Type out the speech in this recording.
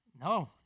No